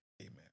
amen